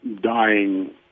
dying